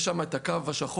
יש שם את הקו השחור,